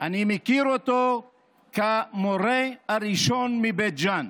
אני מכיר אותו כמורה הראשון מבית ג'ן,